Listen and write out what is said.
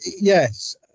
yes